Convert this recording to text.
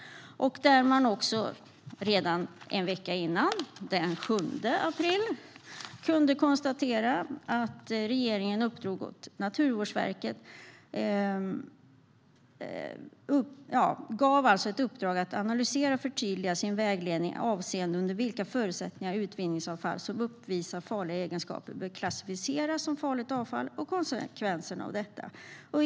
Man kan också konstatera att regeringen redan en vecka före det, den 7 april, gav Naturvårdsverket ett uppdrag att analysera och förtydliga sin vägledning avseende under vilka förutsättningar utvinningsavfall som uppvisar farliga egenskaper bör klassificeras som farligt avfall, och konsekvenserna av detta.